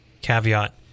caveat